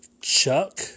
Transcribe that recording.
Chuck